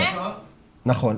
נכון.